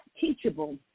teachable